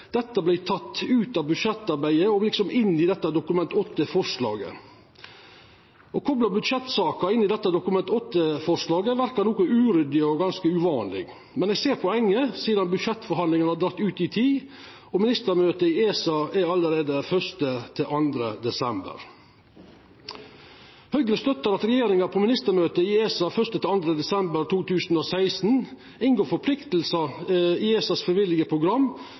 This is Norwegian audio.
dette vert teke ut av budsjettarbeidet og inn i dette Dokument 8-forslaget. Å kopla budsjettsaka inn i dette Dokument 8-forslaget verkar noko uryddig og ganske uvanleg, men eg ser poenget, sidan budsjettforhandlingane har drege ut i tid – og ministermøtet i ESA allereie er 1.–2. desember. Høgre støttar at regjeringa på ministermøtet i ESA 1.–2. desember 2016 inngår forpliktingar i ESAs frivillige program